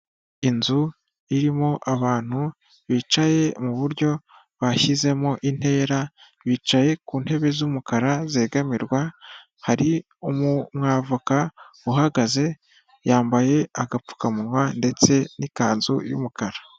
Inzu irimo abantu bicaye muburyo bashyizemo intera, bicaye ku ntebe z'umukara zegamirwa hari umu avoka uhagaze yambaye agapfukamunwa, ndetse n'ikanzu y'umukara.